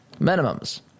minimums